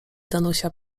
danusia